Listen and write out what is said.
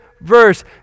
verse